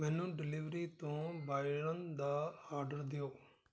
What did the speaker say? ਮੈਨੂੰ ਡਿਲੀਵਰੀ ਤੋਂ ਬਾਇਰਨ ਦਾ ਆਰਡਰ ਦਿਓ